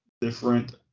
different